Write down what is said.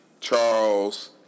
Charles